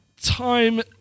time